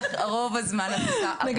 הזמן.